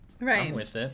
Right